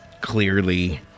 clearly